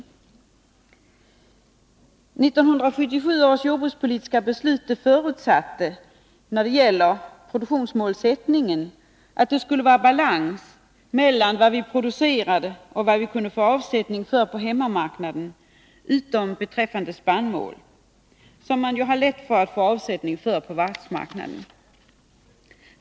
1977 års jordbrukspolitiska beslut föreutsatte att det skulle råda balans mellan vad vi producerar och vad vi kan få avsättning för på hemmamarknaden utom beträffande spannmål, som man har lätt att få avsättning för på världsmarknaden.